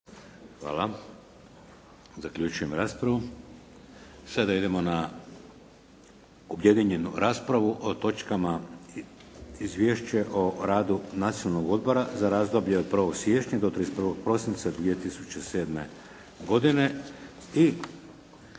Vladimir (HDZ)** Sada idemo na objedinjenu raspravu o točkama - Izvješće o radu Nacionalnog odbora za razdoblje od 1. siječnja do 31. prosinca 2007. godine